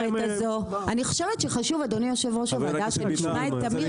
אני חושבת שחשוב שנשמע את תמיר,